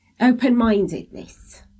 Open-mindedness